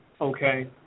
okay